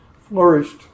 flourished